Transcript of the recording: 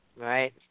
Right